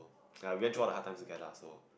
ya we went through all the hard times together ah also